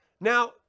Now